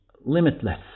limitless